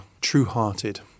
True-Hearted